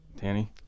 Danny